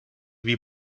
wie